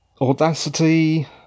Audacity